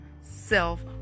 self